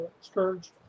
Scourge